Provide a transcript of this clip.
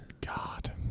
God